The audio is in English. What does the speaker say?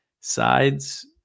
sides